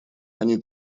они